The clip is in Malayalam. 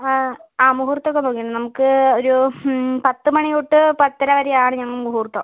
ആ ആ മുഹൂർത്തം ഒക്കെ നോക്കി നമുക്ക് ഒരൂ പത്ത് മണി തൊട്ട് പത്തര വരെയാണ് ഞങ്ങ മുഹൂർത്തം